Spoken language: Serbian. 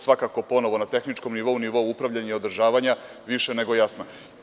Svakako ponovo na tehničkom nivou, na nivou upravljanja i održavanja više je nego jasna.